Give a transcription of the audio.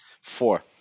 four